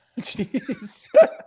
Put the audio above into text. Jeez